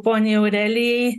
poniai aurelijai